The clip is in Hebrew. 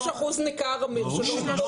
יש אחוז ניכר שמחליטים לא לפנות.